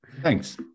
thanks